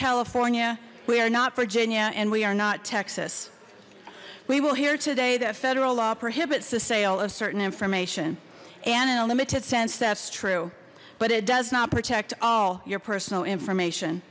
california we are not virginia and we are not texas we will hear today that federal law prohibits the sale of certain information and in a limited sense that's true but it does not protect all your personal information